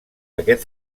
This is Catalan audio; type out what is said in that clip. aquest